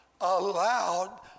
allowed